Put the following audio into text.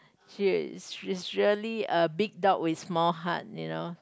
she she is really a big dog with small heart you know